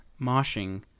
moshing